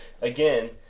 Again